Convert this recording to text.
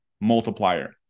multiplier